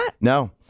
No